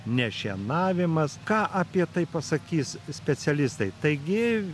nešienavimas ką apie tai pasakys specialistai taigi